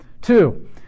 Two